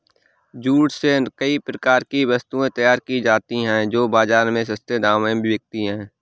jute से कई प्रकार की वस्तुएं तैयार की जाती हैं जो बाजार में सस्ते दामों में बिकती है